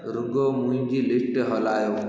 रुगो मुहिंजी लिस्ट हलायो